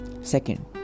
Second